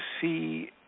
see